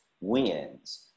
wins